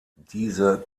diese